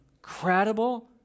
incredible